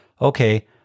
okay